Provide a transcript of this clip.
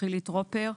חילי טרופר,